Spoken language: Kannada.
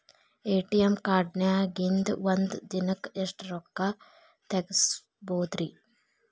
ಎ.ಟಿ.ಎಂ ಕಾರ್ಡ್ನ್ಯಾಗಿನ್ದ್ ಒಂದ್ ದಿನಕ್ಕ್ ಎಷ್ಟ ರೊಕ್ಕಾ ತೆಗಸ್ಬೋದ್ರಿ?